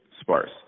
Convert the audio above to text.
sparse